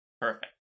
Perfect